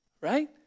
right